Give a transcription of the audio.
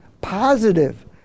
positive